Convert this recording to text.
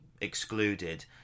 excluded